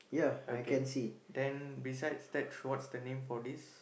okay then besides that what's the name for this